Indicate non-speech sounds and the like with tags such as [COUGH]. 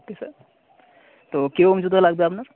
[UNINTELLIGIBLE] তো কী রকম জুতো লাগবে আপনার